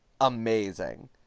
amazing